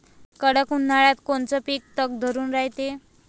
कडक उन्हाळ्यात कोनचं पिकं तग धरून रायते?